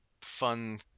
fun